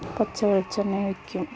പച്ച വെളിച്ചെണ്ണ ഒഴിക്കും